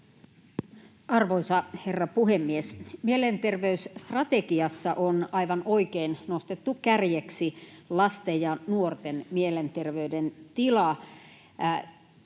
Arvoisa herra puhemies! Mielenter-veysstrategiassa on aivan oikein nostettu kärjeksi lasten ja nuorten mielenterveyden tila,